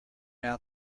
out